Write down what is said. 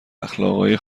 اخلاقای